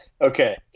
Okay